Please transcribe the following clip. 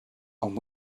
and